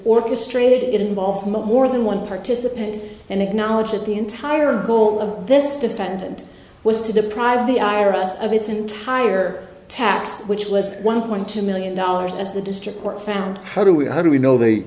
orchestrated it involves more than one participant and acknowledge that the entire goal of this defendant was to deprive the iris of its entire tax which was one point two million dollars as the district court found how do we how do we know they